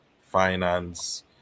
finance